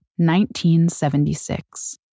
1976